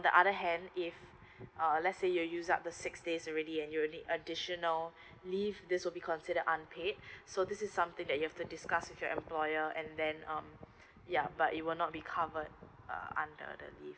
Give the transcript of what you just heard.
the other hand if uh let's say you use up the six days already and you will need additional or leave this will be considered unpaid so this is something that you have to discuss with your employer and then um yeah but it will not be covered under the leave